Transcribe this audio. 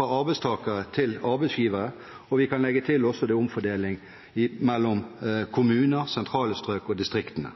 arbeidstakere til arbeidsgivere. Vi kan også legge til: Det er omfordeling mellom kommuner, sentrale strøk og distriktene.